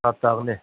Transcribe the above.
ꯐꯔꯛ ꯇꯥꯕꯅꯤ